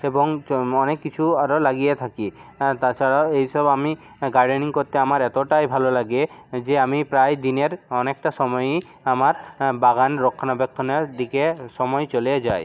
এবং অনেক কিছু আরও লাগিয়ে থাকি আর তাছাড়াও এইসব আমি গার্ডেন করতে আমার এতটাই ভালো লাগে যে আমি প্রায় দিনের অনেকটা সময়ই আমার বাগান রক্ষণাবেক্ষণের দিকে সময় চলে যায়